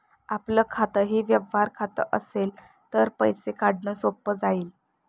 आपलं खातंही व्यवहार खातं असेल तर पैसे काढणं सोपं जाईल